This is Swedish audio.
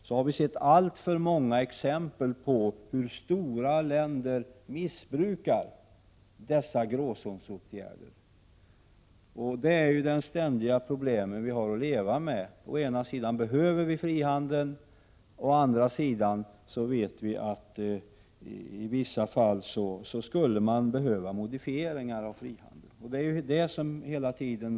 Vi har sett alltför många exempel på hur stora 149 länder missbrukar dessa gråzonsåtgärder. Det ständiga problem som vi har att leva med är att vi å ena sidan behöver frihandel och andra sidan vet att man i vissa fall skulle behöva modifieringar av frihandelsreglerna.